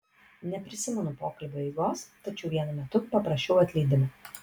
neprisimenu pokalbio eigos tačiau vienu metu paprašiau atleidimo